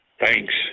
Thanks